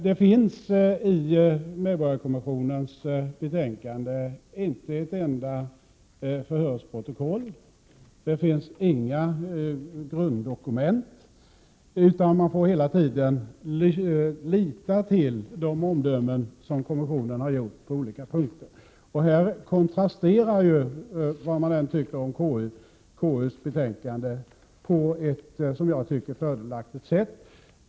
Det finns i medborgarkommissionens betänkande inte ett enda förhörsprotokoll. Det finns inga grunddokument, utan man får hela tiden lita till de omdömen som kommissionen har gjort på olika punkter. I det avseendet kontrasterar ju KU:s betänkande, vad man än tycker om det, på ett enligt min mening fördelaktigt sätt.